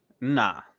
Nah